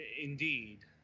indeed